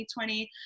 2020